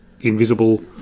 invisible